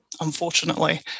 unfortunately